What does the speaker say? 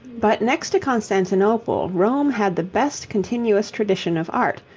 but next to constantinople, rome had the best continuous tradition of art,